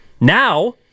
Now